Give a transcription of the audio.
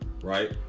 Right